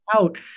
out